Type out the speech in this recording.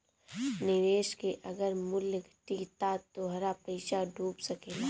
निवेश के अगर मूल्य घटी त तोहार पईसा डूब सकेला